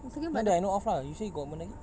not that I know of lah you say you got Mendaki